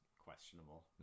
Questionable